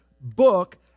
book